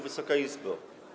Wysoka Izbo!